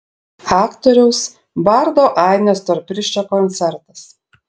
aktoriaus bardo ainio storpirščio koncertas